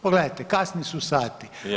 Pogledajte kasni su sati.